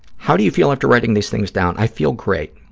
how do you feel after writing these things down? i feel great.